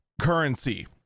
currency